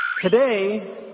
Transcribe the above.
Today